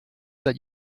that